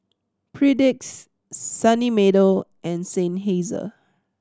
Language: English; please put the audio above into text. Perdix Sunny Meadow and Seinheiser